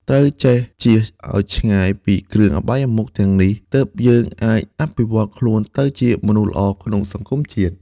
ហើយត្រូវចៀសឲ្យឆ្ងាយពីគ្រឿអបាយមុខទាំងនេះ ទើបយើងអាចអភិវឌ្ឍខ្លួនទៅជាមនុស្សល្អក្នុងសង្គមជាតិ។